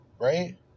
Right